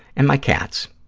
and my cats.